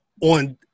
on